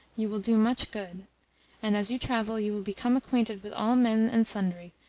you will do much good and as you travel you will become acquainted with all men and sundry,